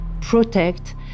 protect